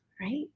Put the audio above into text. right